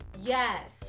yes